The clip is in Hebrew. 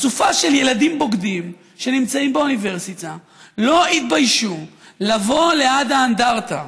אסופה של ילדים בוגדים שנמצאים באוניברסיטה לא התביישו לבוא ליד האנדרטה